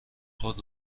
خود